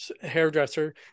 hairdresser